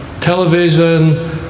television